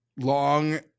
long-